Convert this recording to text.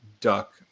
duck